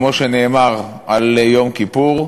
כמו שנאמר על יום כיפור,